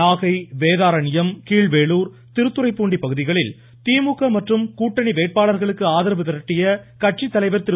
நாகை வேதாரண்யம் கீழ்வேளுர் திருத்துறைப்பூண்டி பகுதிகளில் திமுக மற்றும் கூட்டணி வேட்பாளர்களுக்கு ஆதரவு திரட்டிய கட்சித்தலைவர் திரு